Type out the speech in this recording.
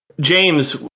James